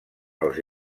els